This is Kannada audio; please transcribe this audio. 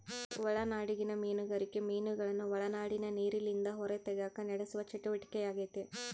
ಒಳನಾಡಿಗಿನ ಮೀನುಗಾರಿಕೆ ಮೀನುಗಳನ್ನು ಒಳನಾಡಿನ ನೀರಿಲಿಂದ ಹೊರತೆಗೆಕ ನಡೆಸುವ ಚಟುವಟಿಕೆಯಾಗೆತೆ